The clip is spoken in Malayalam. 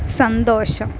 സന്തോഷം